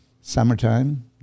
summertime